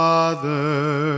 Father